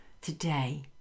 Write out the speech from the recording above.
Today